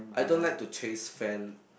I don't like to chase fan